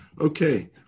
Okay